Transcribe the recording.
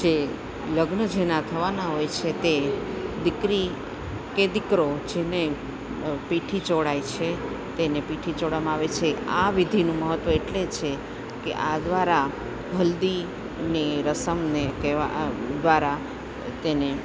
જે લગ્ન જેના થવાના હોય છે તે દીકરી કે દીકરો જેને પીઠી ચોળાય છે તેને પીઠી ચોળવામાં આવે છે આ વિધિનું મહત્ત્વ એટલે છે કે આ દ્વારા હલ્દીની રસમને કેવા આ દ્વારા તેને